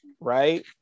right